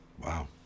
Wow